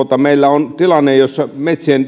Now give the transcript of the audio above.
meillä on tilanne jossa metsien